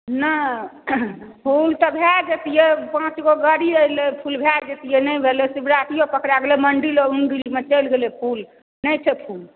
नहि फूल तऽ भए जैतियै पाँच गो गाड़ी अयलै फूल भए जैतियै नहि भेलै शिवरातियो पकड़ा गेलै मंदिल ओंडिलमे चलि गेलै फूल नहि छै फूल